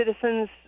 citizens